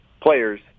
players